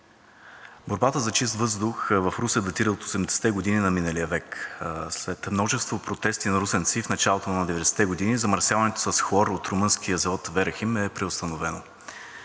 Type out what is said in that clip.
Борбата за чист въздух в Русе датира от 80-те години на миналия век. След множество протести на русенци в началото на 90-те замърсяването с хлор от румънския завод „Верахим“ е преустановено.